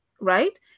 Right